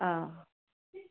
অঁ